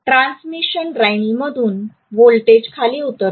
transmission लाइनमधून voltage खाली उतरतो